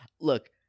look